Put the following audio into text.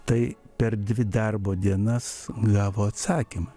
tai per dvi darbo dienas gavo atsakymą